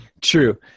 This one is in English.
true